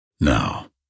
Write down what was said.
Now